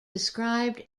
described